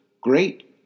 great